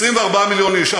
24 מיליון איש.